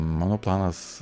mano planas